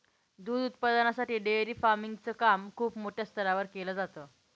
दूध उत्पादनासाठी dairy farming च काम खूप मोठ्या स्तरावर केल जात